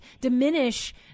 diminish